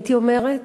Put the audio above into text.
הייתי אומרת.